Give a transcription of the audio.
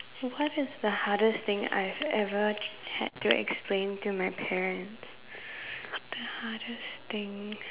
what is the hardest thing I have ever had to explain to my parents what's the hardest thing